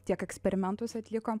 tiek eksperimentus atlikom